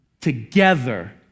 Together